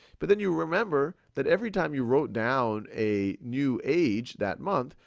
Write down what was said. but then you remember that every time you wrote down a new age that month,